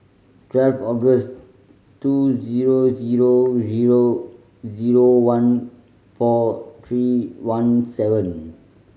twelve August two zero zero zero zero one four three one seven